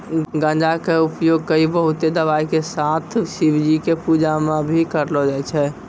गांजा कॅ उपयोग कई बहुते दवाय के साथ शिवजी के पूजा मॅ भी करलो जाय छै